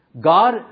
God